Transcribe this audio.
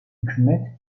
hükümet